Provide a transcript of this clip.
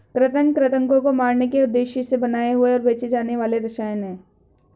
कृंतक कृन्तकों को मारने के उद्देश्य से बनाए और बेचे जाने वाले रसायन हैं